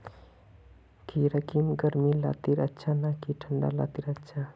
खीरा की गर्मी लात्तिर अच्छा ना की ठंडा लात्तिर अच्छा?